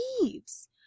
leaves